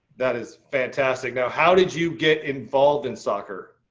that is fantastic. now, how did you get involved in soccer?